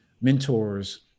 mentors